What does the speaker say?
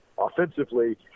offensively